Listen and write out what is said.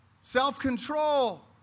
Self-control